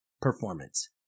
performance